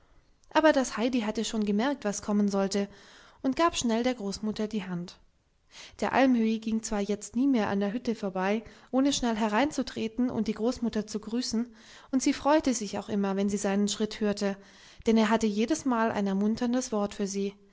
aber das heidi hatte schon gemerkt was kommen sollte und gab schnell der großmutter die hand der almöhi ging zwar jetzt nie mehr an der hütte vorbei ohne schnell hereinzutreten und die großmutter zu grüßen und sie freute sich auch immer wenn sie seinen schritt hörte denn er hatte jedesmal ein ermunterndes wort für sie